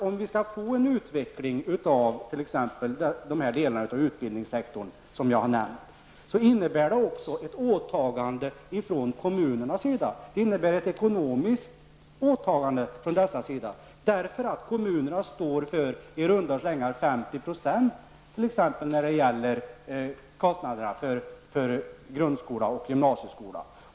Om vi skall få en utveckling av exempelvis de delar av utbildningssektorn som jag har nämnt innebär det också ett åtagande, ett ekonomiskt åtagande, från kommunernas sida. Kommunerna står nämligen för i runda slängar 50 % av kostnaderna för grundskola och gymnasieskola.